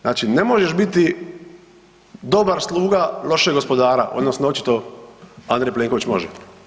Znači ne možeš biti dobar sluga lošeg gospodara odnosno očito Andrej Plenković može.